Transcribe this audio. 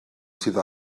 sydd